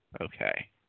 Okay